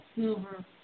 silver